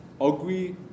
agree